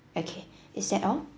okay is that all